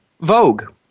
Vogue